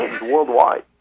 worldwide